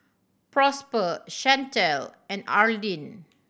Prosper Shantell and Arlyne